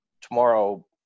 tomorrow